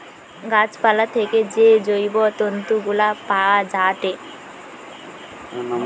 গাছ পালা থেকে যে জৈব তন্তু গুলা পায়া যায়েটে